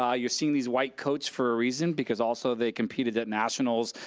um you've seen these white coats for a reason, because also they competed at nationals,